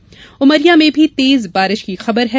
वहीं उमरिया में भी तेज बारिश की खबर है